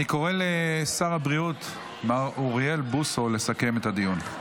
אני קורא לשר הבריאות מר אוריאל בוסו לסכם את הדיון.